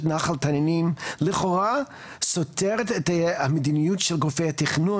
נחל תנינים לכאורה סותר את המדיניות של גופי התכנון,